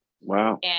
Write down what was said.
Wow